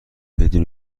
بدون